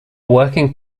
working